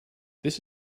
this